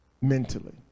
mentally